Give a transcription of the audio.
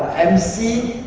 mc,